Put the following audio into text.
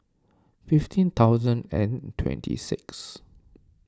fifteen thousand and twenty six